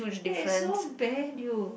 ya so bad you